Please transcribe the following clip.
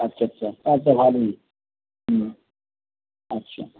আচ্ছা আচ্ছা আচ্ছা ভালোই হুম আচ্ছা